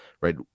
right